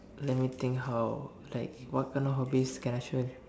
let me think how like what kind of hobbies can I show